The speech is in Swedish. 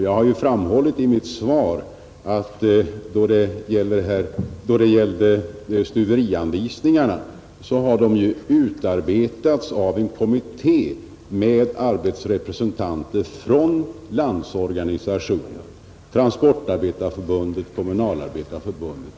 Jag har framhållit i mitt svar att stuverianvisningarna har utarbetats av en kommitté med arbetstagarrepresentanter från Landsorganisationen, Transportarbetareförbundet och Kommunalarbetareförbundet.